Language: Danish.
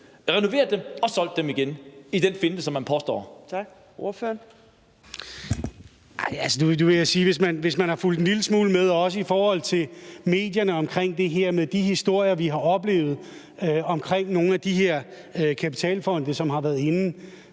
renoveret dem og solgt dem igen med den finte, som man påstår?